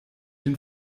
den